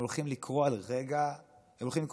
הם הולכים לקרוא על רגע משברי,